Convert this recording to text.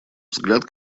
взгляд